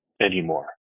anymore